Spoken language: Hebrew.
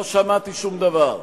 לא שמעתי שום דבר.